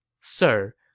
Sir